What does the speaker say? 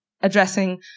addressing